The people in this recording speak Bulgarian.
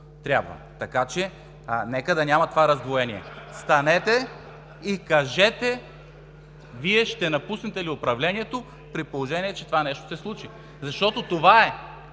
трябва, така че нека да го няма това раздвоение. (Оживление.) Станете и кажете: ще напуснете ли управлението, при положение че това нещо се случи? Защото това са